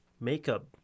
makeup